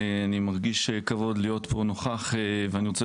אני מרגיש כבוד להיות פה נוכח ואני רוצה